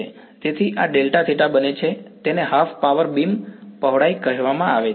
તેથી આ delta theta બને છે તેને હાફ પાવર બીમ પહોળાઈ કહેવામાં આવે છે